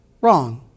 wrong